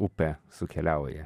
upę sukeliauja